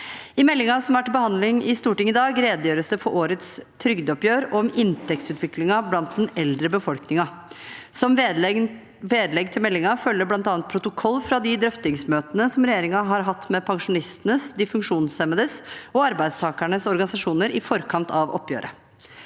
I meldingen som er til behandling i Stortinget i dag, redegjøres det for årets trygdeoppgjør og inntektsutviklingen blant den eldre befolkningen. Som vedlegg til meldingen følger bl.a. protokoll fra de drøftingsmøtene som regjeringen har hatt med pensjonistenes, de funksjonshemmedes og arbeidstakernes organisasjoner i forkant av oppgjøret.